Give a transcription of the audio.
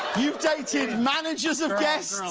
you've dated managers of guests.